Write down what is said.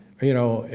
you know,